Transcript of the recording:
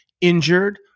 injured